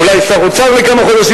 אולי שר אוצר לכמה חודשים,